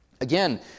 Again